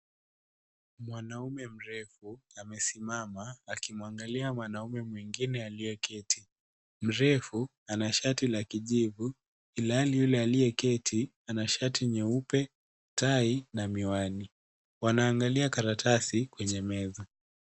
Mwanamme mrefu amesimama akimwangalia mwanamme aliyeketi. Mrefu ana shati la kijivu ilhali yule aliyeketi ana shati nyeupe, tai na miwani. Wanaangalia karatasi kwenye meza.